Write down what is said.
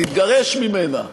תתגרש ממנה,